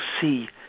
see